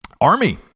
Army